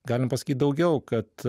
galim pasakyt daugiau kad